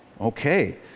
Okay